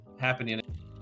happening